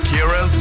Kira